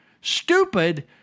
Stupid